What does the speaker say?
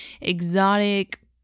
exotic